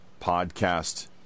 podcast